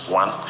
one